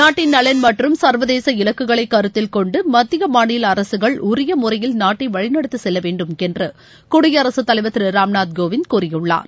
நாட்டின் நலன் மற்றும் சர்வதேச இலக்குகளைக் கருத்தில் கொண்டு மத்திய மாநில அரசுகள் உரிய முறையில் நாட்டை வழிநடத்திச் செல்ல வேண்டும் என்று குடியரசுத் தலைவர் திரு ராம்நாத் கோவிந்த் கூறியுள்ளார்